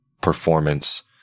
performance